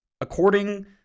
According